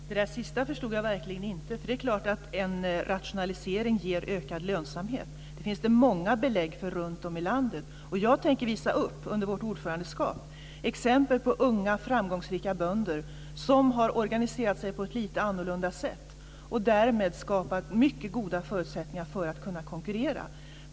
Fru talman! Det sista förstod jag verkligen inte. Det är klart att en rationalisering ger ökad lönsamhet. Det finns det många belägg för runtom i landet. Jag tänker under vårt ordförandeskap visa upp exempel på unga framgångsrika bönder som har organiserat sig på ett lite annorlunda sätt och därmed skapat mycket goda förutsättningar för att kunna konkurrera.